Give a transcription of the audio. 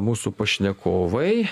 mūsų pašnekovai